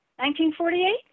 1948